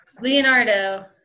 Leonardo